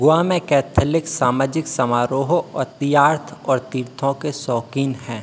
गोवा में कैथेलिक सामाजिक समारोहों और तीयार्थ और तीर्थों के शौक़ीन हैं